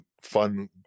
fun